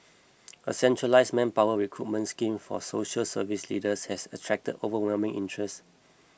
a centralised manpower recruitment scheme for social service leaders has attracted overwhelming interest